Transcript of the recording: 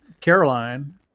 Caroline